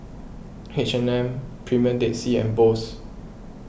H and M Premier Dead Sea and Bose